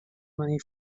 money